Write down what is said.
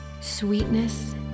sweetness